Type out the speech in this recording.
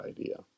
idea